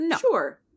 sure